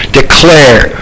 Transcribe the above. declare